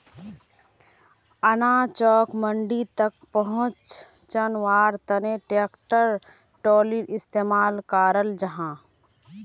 अनाजोक मंडी तक पहुन्च्वार तने ट्रेक्टर ट्रालिर इस्तेमाल कराल जाहा